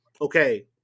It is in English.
okay